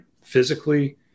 Physically